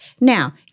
Now